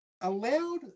allowed